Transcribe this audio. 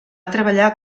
treballar